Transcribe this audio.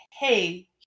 Hey